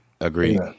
Agreed